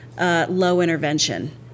low-intervention